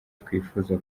twifuza